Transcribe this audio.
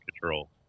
control